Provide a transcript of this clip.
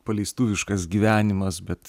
paleistuviškas gyvenimas bet